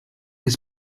his